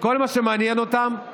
שכל מה שמעניין אותם הוא